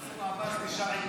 מנסור עבאס נשאר עקבי.